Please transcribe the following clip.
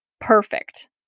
perfect